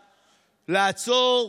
לעצור,